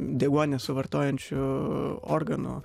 deguonies suvartojančiu organu